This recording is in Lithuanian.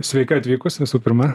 sveika atvykus visų pirma